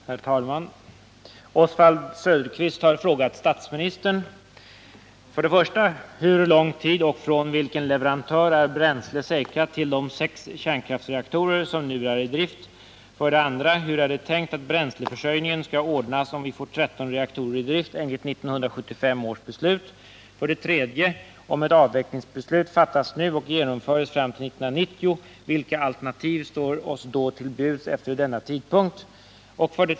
Herr talman! Oswald Söderqvist har frågat statsministern: 1. För hur lång tid och från vilken leverantör är bränsle säkrat till de sex kärnkraftreaktorer som nu är i drift? 2. Hur är det tänkt att bränsleförsörjningen skall ordnas om vi får tretton reaktorer i drift enligt 1975 års beslut? 3. Om inte ett avvecklingsbeslut fattas nu och genomförs fram till 1990, vilka alternativ står oss då till buds efter denna tidpunkt?